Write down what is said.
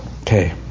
Okay